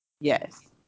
Yes